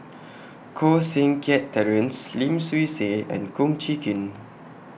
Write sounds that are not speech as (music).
(noise) Koh Seng Kiat Terence Lim Swee Say and Kum Chee Kin